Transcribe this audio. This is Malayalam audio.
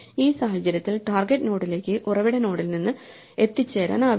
ഈ സാഹചര്യത്തിൽ ടാർഗെറ്റ് നോഡിലേക്ക് ഉറവിട നോഡിൽ നിന്ന് എത്തിച്ചേരാനാവില്ല